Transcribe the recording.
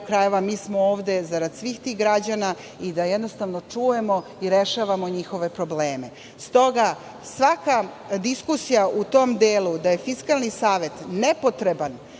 krajeva mi smo ovde zarad svih tih građana i da jednostavno čujemo i rešavamo njihove probleme. Stoga, svaka diskusija u tom delu da je Fiskalni savet nepotreban